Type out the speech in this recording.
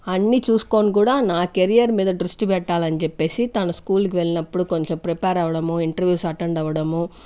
అన్నీ చూసుకొని కూడా నా కెరియర్ మీద ద్రుష్టి పెట్టాలని చెప్పేసి తాను స్కూల్ కి వెళ్ళినప్పుడు కొంచెం ప్రిపేర్ అవ్వడము ఇంటర్వూస్ అటెండ్ అవ్వడము